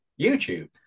YouTube